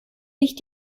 nicht